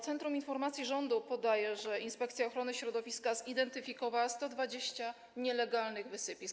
Centrum Informacyjne Rządu podaje, że Inspekcja Ochrony Środowiska zidentyfikowała 120 nielegalnych wysypisk.